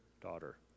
daughter